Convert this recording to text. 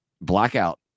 Blackout